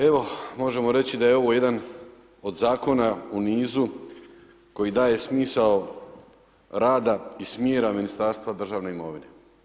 Evo, možemo reći, da je ovo jedan od zakona u nizu koji daje smisao rada i smjera Ministarstva državne imovine.